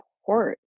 support